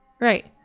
Right